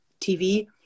TV